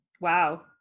Wow